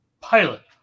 pilot